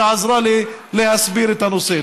שעזרה לי להסביר את הנושא.